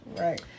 Right